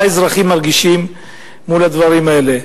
מה האזרחים מרגישים מול הדברים האלה.